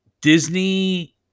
Disney